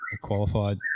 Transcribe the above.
qualified